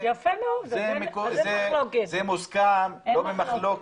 זה מוסכם ועל זה אין מחלוקת.